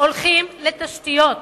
הולכים לתשתיות,